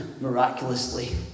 miraculously